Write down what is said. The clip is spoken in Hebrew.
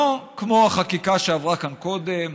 לא כמו החקיקה שעברה כאן קודם.